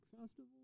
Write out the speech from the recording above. festival